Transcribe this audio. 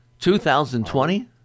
2020